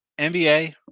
NBA